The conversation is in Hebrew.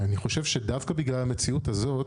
דווקא בגלל המציאות הזאת,